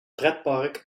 pretpark